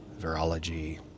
virology